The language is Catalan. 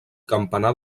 campanar